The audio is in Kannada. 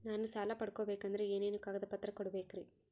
ನಾನು ಸಾಲ ಪಡಕೋಬೇಕಂದರೆ ಏನೇನು ಕಾಗದ ಪತ್ರ ಕೋಡಬೇಕ್ರಿ?